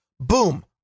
Boom